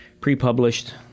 Pre-published